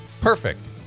Perfect